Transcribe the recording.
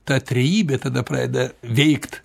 ta trejybė tada pradeda veikt